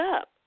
up